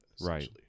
right